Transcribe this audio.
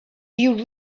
you